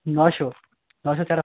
নশো নশো ছাড়া